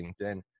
LinkedIn